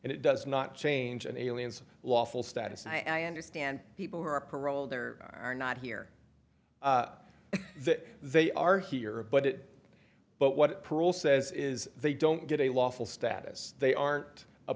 and it does not change and aliens of lawful status i understand people who are paroled there are not here that they are here but it but what parole says is they don't get a lawful status they aren't a